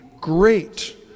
great